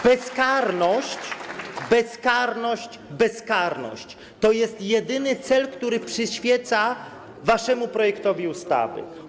Bezkarność, bezkarność, bezkarność - to jest jedyny cel, który przyświeca waszemu projektowi ustawy.